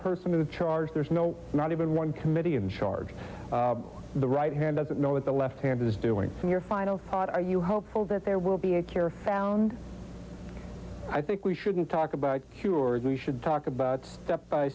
person to charge there's no not even one committee in charge the right hand doesn't know what the left hand is doing so your final thought are you hopeful that there will be a cure found i think we shouldn't talk about cures we should talk about step by